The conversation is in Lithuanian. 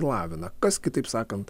lavina kas kitaip sakant